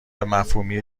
مفهومی